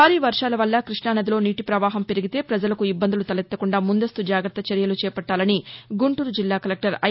భారీ వర్షాల వల్ల కృష్ణానదిలో నీటి పవాహం పెరిగితే పజలకు ఇబ్బందులు తలెత్తకుండా ముందస్తు జాగ్రత్త చర్యలు చేపట్టాలని గుంటూరు జిల్లా కలెక్టర్ ఐ